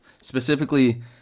specifically